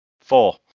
Four